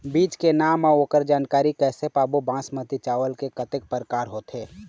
बीज के नाम अऊ ओकर जानकारी कैसे पाबो बासमती चावल के कतेक प्रकार होथे?